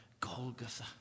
Golgotha